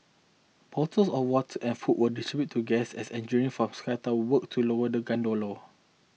bottles of water and food were distributed to guests as engineer from Sky Tower worked to lower the gondola